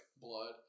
blood